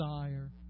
desire